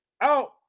out